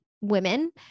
women